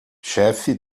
chefe